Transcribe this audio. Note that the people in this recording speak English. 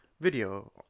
video